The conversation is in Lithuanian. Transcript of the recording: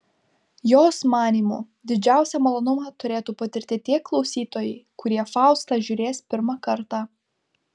jos manymu didžiausią malonumą turėtų patirti tie klausytojai kurie faustą žiūrės pirmą kartą